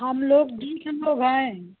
हम लोग बीस हम लोग है